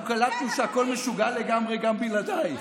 אנחנו קלטנו שהכול משוגע לגמרי גם בלעדייך.